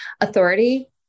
authority